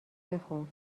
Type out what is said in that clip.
بخون